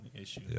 issue